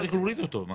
צריך להוריד אותו.